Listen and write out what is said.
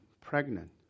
pregnant